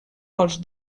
pels